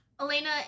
Elena